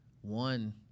One